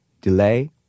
delay